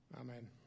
Amen